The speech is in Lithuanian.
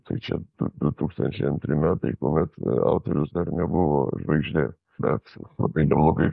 tai čia du tūkstančiai antri metai kuomet autorius dar nebuvo žvaigždė bet labai neblogai